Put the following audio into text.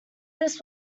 this